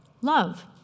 Love